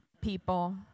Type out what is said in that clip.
people